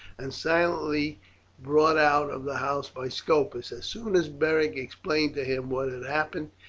and silently brought out of the house by scopus. as soon as beric explained to him what had happened,